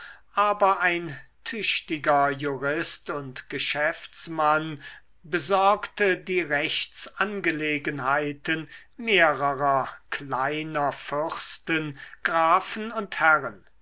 aber ein tüchtiger jurist und geschäftsmann besorgte die rechtsangelegenheiten mehrerer kleinen fürsten grafen und herren